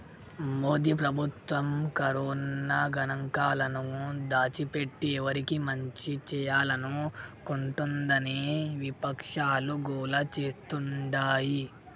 మోదీ ప్రభుత్వం కరోనా గణాంకాలను దాచిపెట్టి ఎవరికి మంచి చేయాలనుకుంటోందని విపక్షాలు గోల చేస్తాండాయి